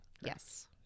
Yes